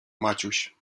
maciuś